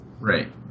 Right